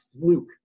fluke